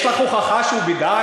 יש לך הוכחה שהוא ב"דאעש"?